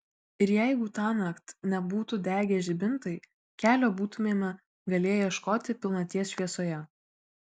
ir jeigu tąnakt nebūtų degę žibintai kelio būtumėme galėję ieškoti pilnaties šviesoje